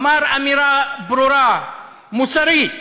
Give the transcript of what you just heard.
אמר אמירה ברורה, מוסרית,